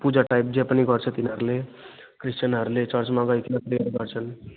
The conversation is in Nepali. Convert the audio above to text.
पूजा टाइप जे पनि गर्छ तिनीहरूले क्रिस्तानहरले चर्चमा गइकन प्रे गर्छन्